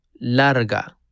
Larga